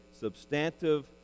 substantive